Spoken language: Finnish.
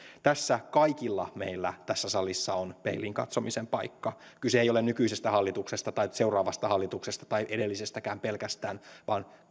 tässä kaikilla meillä tässä salissa on peiliin katsomisen paikka kyse ei ole nykyisestä hallituksesta seuraavasta hallituksesta tai edellisestäkään pelkästään vaan